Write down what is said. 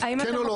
כן או לא?